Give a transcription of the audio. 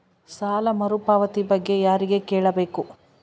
ಸಾಲ ಮರುಪಾವತಿ ಬಗ್ಗೆ ಯಾರಿಗೆ ಕೇಳಬೇಕು?